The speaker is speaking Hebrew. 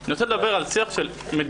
אני רוצה לדבר על שיח של מדינה.